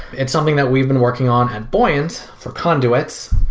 it's something that we've been working on at buoyant for conduits,